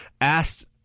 asked